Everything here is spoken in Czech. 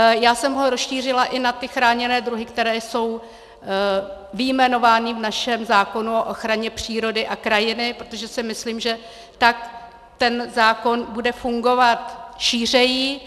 Já jsem ho rozšířila i na ty chráněné druhy, které jsou vyjmenovány v našem zákonu o ochraně přírody a krajiny, protože si myslím, že tak ten zákon bude fungovat šířeji.